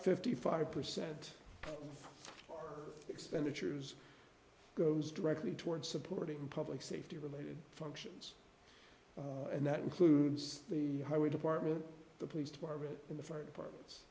fifty five percent expenditures goes directly toward supporting public safety related functions and that includes the highway department the police department and the fire departments